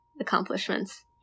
accomplishments